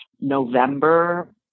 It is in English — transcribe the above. November